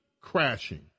crashing